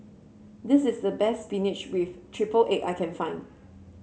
this is the best spinach with triple egg I can find